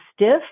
stiff